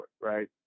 right